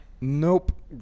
nope